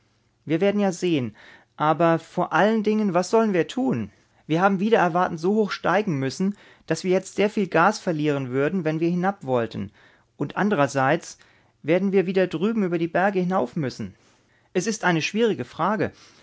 wir werden ja sehen aber vor allen dingen was sollen wir tun wir haben wider erwarten so hoch steigen müssen daß wir jetzt sehr viel gas verlieren würden wenn wir hinabwollten und andrerseits werden wir wieder drüben über die berge hinaufmüssen es ist eine schwierige frage